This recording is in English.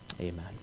Amen